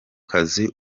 kazi